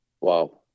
Wow